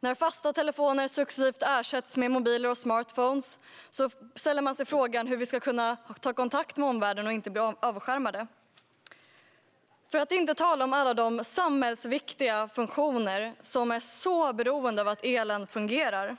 När fasta telefoner successivt ersätts med mobiler och smartphones ställer man sig frågan hur vi ska kunna ta kontakt med omvärlden och inte bli avskärmade. För att inte tala om alla de samhällsviktiga funktioner som är så beroende av att elen fungerar.